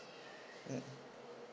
mm mm